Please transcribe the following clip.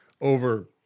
over